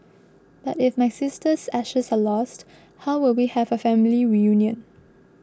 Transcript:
but if my sister's ashes are lost how will we have a family reunion